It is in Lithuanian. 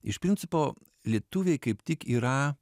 iš principo lietuviai kaip tik yra